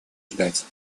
ждать